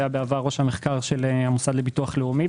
שהיה בעבר ראש המחקר של המוסד לביטוח הלאומי,